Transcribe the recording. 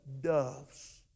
doves